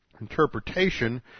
interpretation